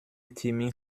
timmy